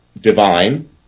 divine